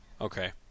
Okay